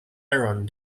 iron